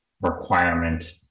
requirement